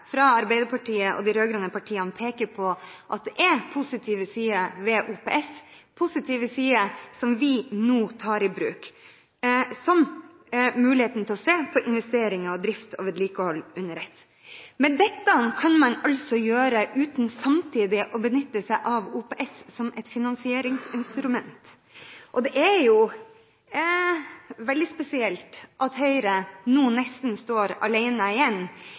fra Arbeiderpartiet og de rød-grønne partiene peker på at det er positive sider ved OPS, positive sider som vi nå tar i bruk – som muligheten til å se investeringer, drift og vedlikehold under ett. Men dette kan man altså gjøre uten samtidig å benytte seg av OPS som et finansieringsinstrument. Det er veldig spesielt at Høyre nå nesten står alene igjen